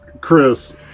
Chris